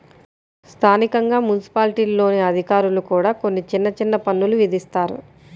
స్థానికంగా మున్సిపాలిటీల్లోని అధికారులు కూడా కొన్ని చిన్న చిన్న పన్నులు విధిస్తారు